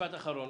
בבקשה.